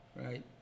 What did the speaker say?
right